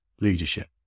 leadership